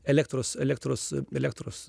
elektros elektros elektros